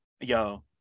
yo